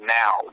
now